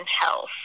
health